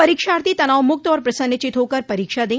परीक्षार्थी तनावमुक्त और प्रसन्नचित होकर परीक्षा दं